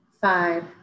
five